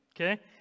okay